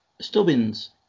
Stubbins